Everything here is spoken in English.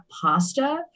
pasta